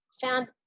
found